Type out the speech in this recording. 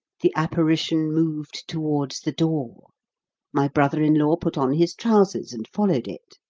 the apparition moved towards the door my brother-in-law put on his trousers and followed it.